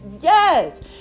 Yes